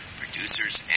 producers